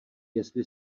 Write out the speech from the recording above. jestli